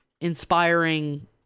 inspiring